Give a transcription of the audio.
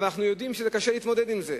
אנחנו יודעים שקשה להתמודד עם זה.